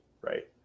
right